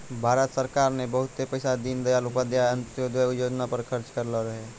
भारत सरकार ने बहुते पैसा दीनदयाल उपाध्याय अंत्योदय योजना पर खर्च करलो रहै